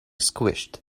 squished